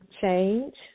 Change